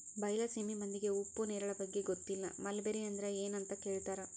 ಬೈಲಸೇಮಿ ಮಂದಿಗೆ ಉಪ್ಪು ನೇರಳೆ ಬಗ್ಗೆ ಗೊತ್ತಿಲ್ಲ ಮಲ್ಬೆರಿ ಅಂದ್ರ ಎನ್ ಅಂತ ಕೇಳತಾರ